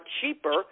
cheaper